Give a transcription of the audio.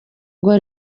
ngo